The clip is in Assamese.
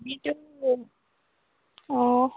অঁ